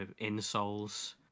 insoles